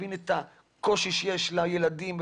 להבין את הקושי שיש לילדים,